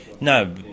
No